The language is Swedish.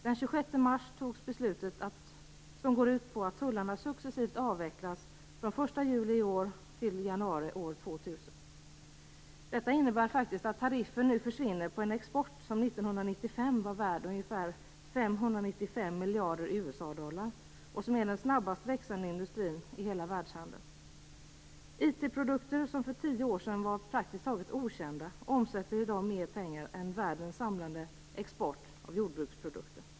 Den 26 mars fattades beslutet som går ut på att tullarna successivt avvecklas från den 1 juli i år till januari år 2000. Detta innebär faktiskt att tariffen nu försvinner på en export som 1995 var värd ungefär 595 miljarder USA-dollar och som är den snabbast växande industrin i hela världshandeln. IT-produkter som för tio år sedan var praktiskt taget okända omsätter i dag mer pengar än världens samlade export av jordbruksprodukter.